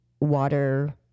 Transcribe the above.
water